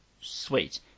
sweet